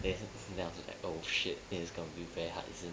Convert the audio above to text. there's then after that oh shit it's gonna be very hard is it